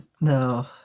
No